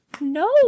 No